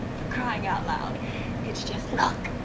for crying out loud it's just. look